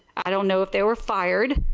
i don't know if they were fired.